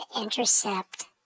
intercept